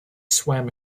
swam